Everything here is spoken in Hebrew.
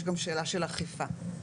יש גם שאלה של אכיפה שראינו,